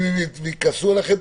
ואם הם יכעסו עליכם,